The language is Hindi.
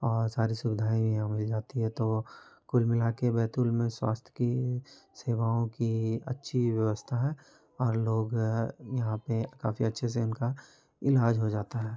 और सारी सुविधाएँ भी यहाँ मिल जाती है तो कुल मिला के बैतूल में स्वास्थ्य की सेवाओं की अच्छी व्यवस्था है और लोग यहाँ पे काफ़ी अच्छे से इनका इलाज हो जाता है